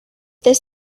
this